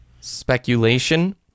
speculation